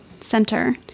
center